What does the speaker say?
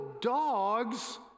dogs